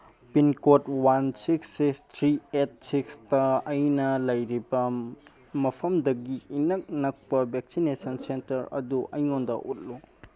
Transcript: pincode one six six three eight ꯁꯤꯛꯁꯇ ꯑꯩꯅ ꯂꯩꯔꯤꯕ ꯃꯐꯝꯗꯒꯤ ꯏꯅꯛ ꯅꯛꯄ ꯚꯦꯛꯁꯤꯟꯅꯦꯁꯟ ꯁꯦꯟꯇꯔ ꯑꯗꯨ ꯑꯩꯉꯣꯟꯗ ꯎꯠꯂꯨ